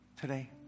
today